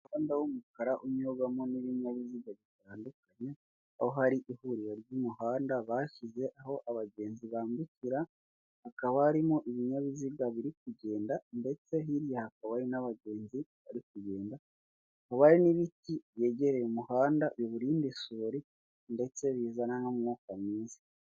Umuhandanda w'umukara unyurwamo n'ibinyabiziga bitandukanye, aho hari ihuriro ry'umuhanda bashyize aho abagenzi bambukira, hakaba harimo ibinyabiziga biri kugenda, ndetse hirya hakaba hari n'abagenzi bari kugenda, umubare n'ibiti wegereye umuhanda biwurinda isuri, ndetse bizana n'umwuka mwiza.